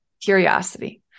Curiosity